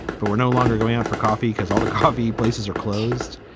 but we're no longer going on for coffee because all the coffee places are closed.